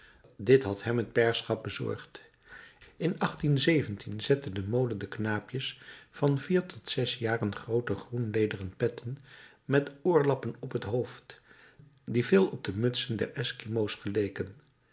dit had hem het pairschap bezorgd in zette de mode den knaapjes van vier tot zes jaren groote groenlederen petten met oorlappen op het hoofd die veel op de mutsen der eskimo's geleken